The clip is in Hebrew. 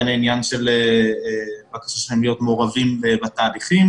בין העניין של להיות מעורבים בתהליכים.